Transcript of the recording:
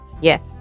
Yes